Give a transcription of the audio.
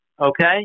okay